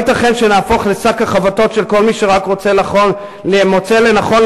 לא ייתכן שנהפוך לשק החבטות של כל מי שרק מוצא לנכון